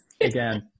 again